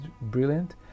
brilliant